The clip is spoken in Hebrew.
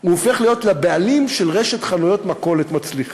הוא הופך להיות בעלים של רשת חנויות מכולת מצליחה.